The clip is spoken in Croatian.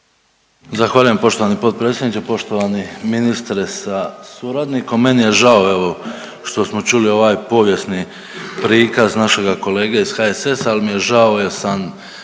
Zahvaljujem poštovani potpredsjedniče, poštovani ministre sa suradnikom. Meni je žao evo što smo čuli ovaj povijesni prikaz našega kolege iz HSS-a, ali mi je žao jer sam